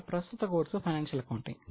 మన ప్రస్తుత course financial accounting